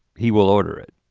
he will order it.